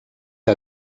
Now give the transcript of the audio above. que